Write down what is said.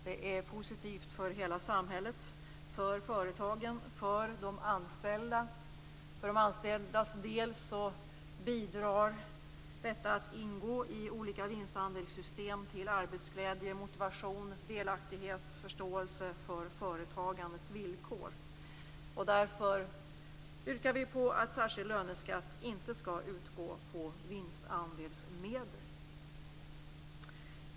Det är positivt för hela samhället, för företagen och för de anställda. För de anställdas del bidrar detta att ingå i olika vinstandelssystem till arbetsglädje, motivation, delaktighet och förståelse för företagandets villkor. Därför yrkar vi att särskild löneskatt inte skall utgå på vinstandelsmedel.